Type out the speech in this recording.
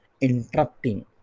interrupting